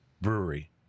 Brewery